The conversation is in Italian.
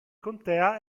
contea